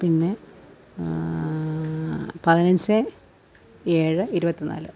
പിന്നെ പതിനഞ്ച് ഏഴ് ഇരുപത്തി നാല്